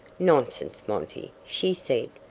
nonsense, monty, she said.